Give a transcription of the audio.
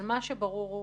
אבל מה שברור הוא